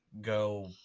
go